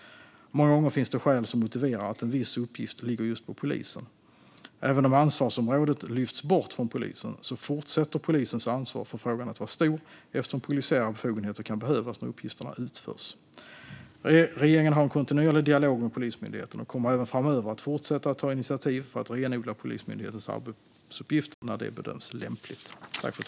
Många gånger finns det skäl som motiverar att en viss uppgift ligger just på polisen. Även om ansvarsområdet lyfts bort från polisen fortsätter polisens ansvar för frågan att vara stort, eftersom polisiära befogenheter kan behövas när uppgifterna utförs. Regeringen har en kontinuerlig dialog med Polismyndigheten och kommer även framöver att fortsätta att ta initiativ för att renodla Polismyndighetens arbetsuppgifter när det bedöms lämpligt.